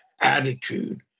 attitude